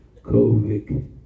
COVID